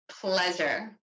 pleasure